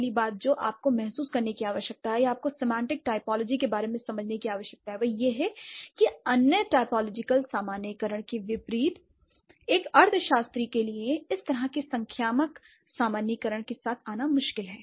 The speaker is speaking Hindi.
पहली बात जो आपको महसूस करने की आवश्यकता है या आपको सिमेंटिक टाइपोलॉजी के बारे में समझने की आवश्यकता है वह यह है कि अन्य टाइपोलॉजिकल सामान्यीकरणों के विपरीत एक अर्थशास्त्री के लिए इस तरह के संख्यात्मक सामान्यीकरण के साथ आना मुश्किल है